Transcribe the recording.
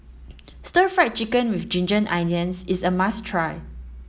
stir fried chicken with ginger onions is a must try